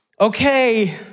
Okay